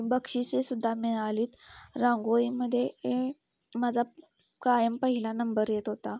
बक्षिसेसुद्धा मिळाली रांगोळीमध्ये ए माझा कायम पहिला नंबर येत होता